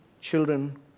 children